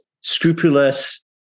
scrupulous